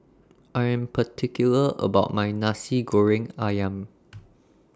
I Am particular about My Nasi Goreng Ayam